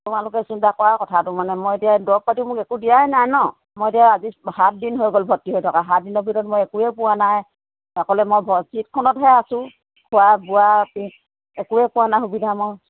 তোমালোকে চিন্তা কৰা কথাটো মানে মই এতিয়া দৰৱ পাতি মোক একো দিয়াই নাই ন মই এতিয়া আজি সাত দিন হৈ গ'ল ভৰ্তি হৈ থকা সাত দিনৰ ভিতৰত মই একোৱে পোৱা নাই অকলে মই চিটখনতহে আছোঁ খোৱা বোৱা পিল একোৱে পোৱা নাই সুবিধা মই